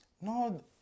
No